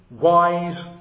wise